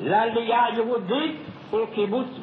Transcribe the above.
לעלייה יהודית ולקיבוץ גלויות,